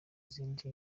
zindi